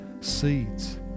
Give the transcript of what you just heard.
seeds